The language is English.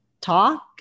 talk